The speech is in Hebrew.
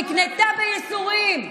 נקנתה בייסורים.